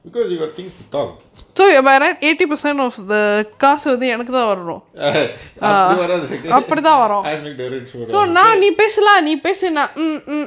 because you got things to talk அப்புடி வராது:appudi varaathu I will direct so now all okay